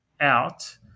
out